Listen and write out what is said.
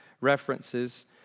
references